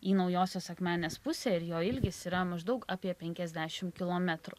į naujosios akmenės pusę ir jo ilgis yra maždaug apie penkiasdešim kilometrų